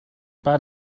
بعد